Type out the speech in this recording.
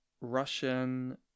Russian